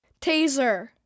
Taser